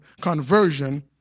conversion